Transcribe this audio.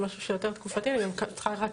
מערך בריאות הנפש יעשה את שלו עם מי שצריך,